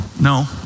No